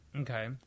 Okay